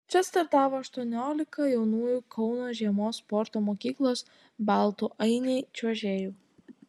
čia startavo aštuoniolika jaunųjų kauno žiemos sporto mokyklos baltų ainiai čiuožėjų